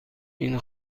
این